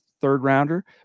third-rounder